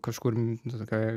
kažkur tokioj